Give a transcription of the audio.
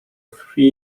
three